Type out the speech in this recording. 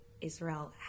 israel